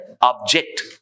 object